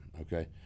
okay